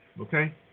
Okay